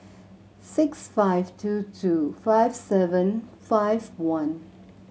six five two two five seven five one